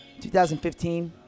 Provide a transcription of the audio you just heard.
2015